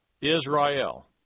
Israel